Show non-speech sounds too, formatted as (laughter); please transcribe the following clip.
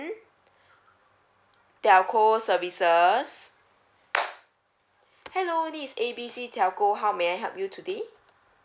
telco service (noise) hello this is A B C telco how may I help you today